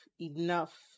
enough